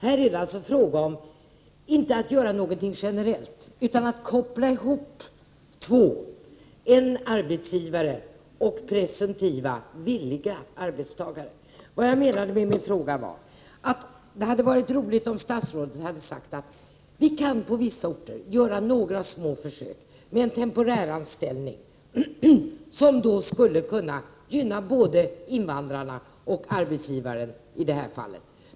Här är det alltså inte fråga om att göra någonting generellt utan om att koppla ihop två parter: en arbetsgivare och presumtiva, villiga arbetstagare. Vad jag avsåg med min fråga var att det hade varit roligt om statsrådet hade sagt: Vi kan på vissa orter göra några små försök med temporäranställning, 103 som skulle kunna gynna både invandrarna och arbetsgivaren i det här fallet.